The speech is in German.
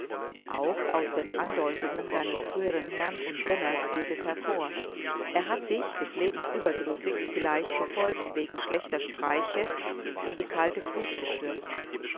auch aus den andeutungen seines früheren herrn und gönners geht es hervor er hat sich des lebens überdrüssig vielleicht verfolgt wegen schlechter streiche in die kalte fluth gestürzt